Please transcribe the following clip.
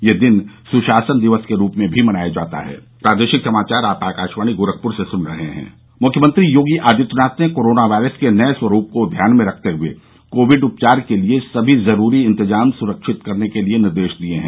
यह दिन सुशासन दिवस के रूपमें भी मनाया जाता है मुख्यमंत्री योगी आदित्यनाथ ने कोरोना वायरस के नये स्वरूप को ध्यान में रखते हुए कोविड उपचार के लिये सभी जरूरी इन्तजाम सुनिश्चित करने के निर्देश दिए हैं